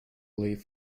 leave